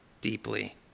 deeply